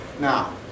Now